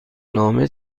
نامه